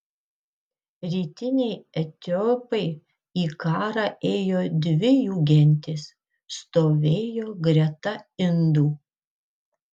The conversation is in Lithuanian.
rytiniai etiopai į karą ėjo dvi jų gentys stovėjo greta indų